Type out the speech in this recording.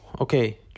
okay